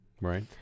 right